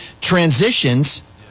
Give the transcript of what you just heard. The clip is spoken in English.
Transitions